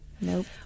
Nope